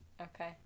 Okay